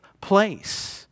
place